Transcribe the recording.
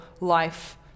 life